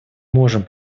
можем